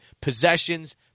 Possessions